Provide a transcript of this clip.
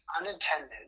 unintended